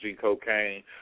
cocaine